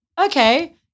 okay